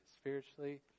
spiritually